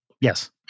Yes